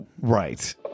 Right